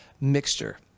mixture